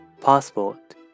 passport